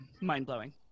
mind-blowing